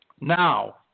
Now